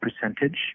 percentage